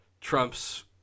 Trump's